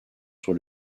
sur